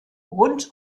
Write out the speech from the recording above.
rund